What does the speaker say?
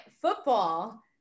football